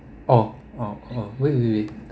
oh oh oh wait wait wait